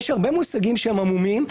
יש הרבה מושגים עמומים,